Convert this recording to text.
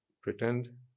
pretend